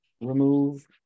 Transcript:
remove